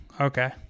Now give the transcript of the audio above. Okay